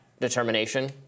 determination